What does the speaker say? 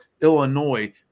Illinois